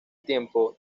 tiempo